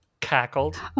cackled